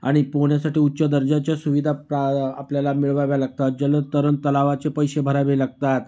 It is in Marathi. आणि पोहण्यासाठी उच्च दर्जाच्या सुविधा प्रा आपल्याला मिळवाव्या लागतात जलदतरण तलावाचे पैसे भरावे लागतात